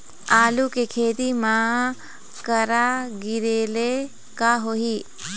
आलू के खेती म करा गिरेले का होही?